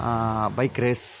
bike race